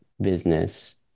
business